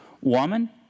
Woman